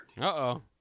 Uh-oh